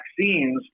vaccines